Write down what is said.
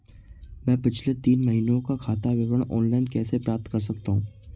मैं पिछले तीन महीनों का खाता विवरण ऑनलाइन कैसे प्राप्त कर सकता हूं?